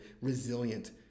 resilient